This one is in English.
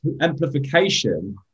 amplification